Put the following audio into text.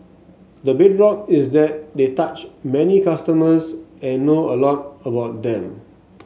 the bedrock is that they touch many consumers and know a lot about them